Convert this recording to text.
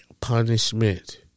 punishment